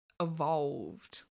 evolved